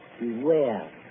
beware